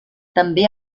també